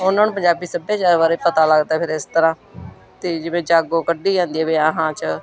ਉਹਨਾਂ ਨੂੰ ਪੰਜਾਬੀ ਸੱਭਿਆਚਾਰ ਬਾਰੇ ਪਤਾ ਲੱਗਦਾ ਫਿਰ ਇਸ ਤਰ੍ਹਾਂ ਅਤੇ ਜਿਵੇਂ ਜਾਗੋ ਕੱਢੀ ਜਾਂਦੀ ਹੈ ਵਿਆਹਾਂ 'ਚ